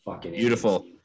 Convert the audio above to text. Beautiful